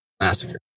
Massacre